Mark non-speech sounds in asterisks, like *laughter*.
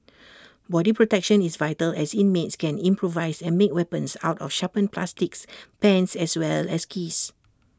*noise* body protection is vital as inmates can improvise and make weapons out of sharpened plastics pens as well as keys